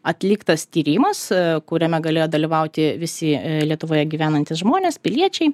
atliktas tyrimas kuriame galėjo dalyvauti visi lietuvoje gyvenantys žmonės piliečiai